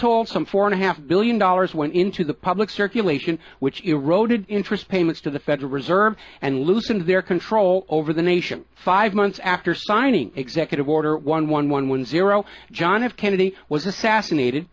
told some four and a half billion dollars went into the public circulation which eroded interest payments to the federal reserve and loosened their control over the nation five months after signing executive order one one one one zero john f kennedy was assassinated